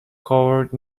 covered